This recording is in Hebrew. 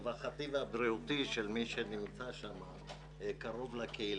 הרווחתי והבריאותי של מי שנמצא שם קרוב לקהילה,